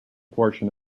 portion